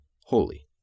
Holy